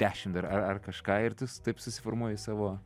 dešim ar ar kažką ir tu taip susiformuoji savo